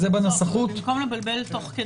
בסדר.